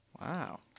Wow